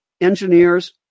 engineers